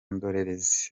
ndorerezi